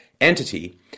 entity